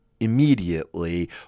Immediately